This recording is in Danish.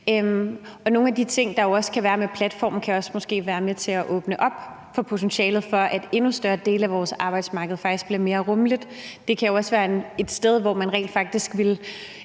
nogle af de ting, der jo kan være i forhold til platformen, kan måske også være med til at åbne op for potentialet for, at endnu større dele af vores arbejdsmarked faktisk bliver mere rummelige. Det kan jo også være et sted, hvor man rent faktisk ville